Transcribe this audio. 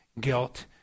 guilt